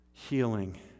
healing